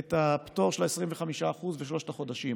את הפטור של 25% בשלושת החודשים.